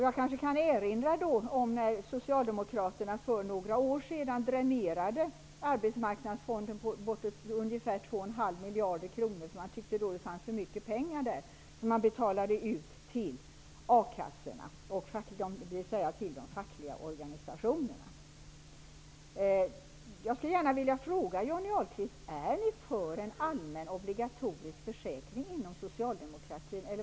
Jag kanske får erinra om när Socialdemokraterna för några år sedan dränerade Arbetsmarknadsfonden på ungefär 2,5 miljarder kronor -- de tyckte att det fanns för mycket pengar där -- som de betalade ut till a-kassorna, dvs. till de fackliga organisationerna. Jag skulle gärna vilja fråga Johnny Ahlqvist om socialdemokraterna är för en allmän obligatorisk försäkring.